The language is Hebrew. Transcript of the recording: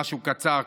משהו קצר,